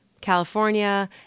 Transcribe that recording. California